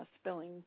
spilling